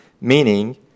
meaning